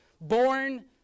born